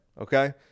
okay